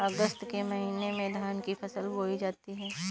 अगस्त के महीने में धान की फसल बोई जाती हैं